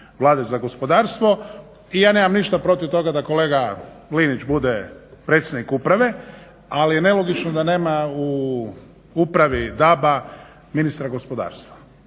vlade za gospodarstvo. Ja nemam ništa protiv toga da kolega Linić bude predsjednik uprave ali je nelogično da nema u upravi DAB-a ministar gospodarstva